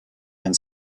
and